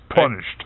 punished